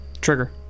trigger